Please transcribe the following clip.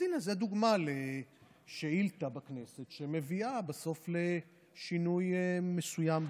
זו דוגמה לשאילתה בכנסת שמביאה בסוף לשינוי מסוים במדיניות.